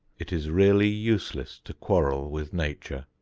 it is really useless to quarrel with nature.